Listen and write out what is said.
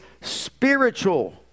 spiritual